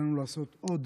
ועלינו לעשות עוד